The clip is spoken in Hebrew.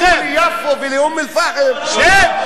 שב.